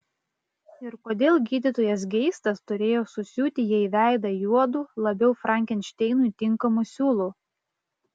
ir kodėl gydytojas geistas turėjo susiūti jai veidą juodu labiau frankenšteinui tinkamu siūlu